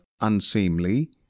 unseemly